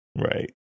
right